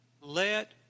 Let